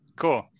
Cool